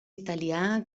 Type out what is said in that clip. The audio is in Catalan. italià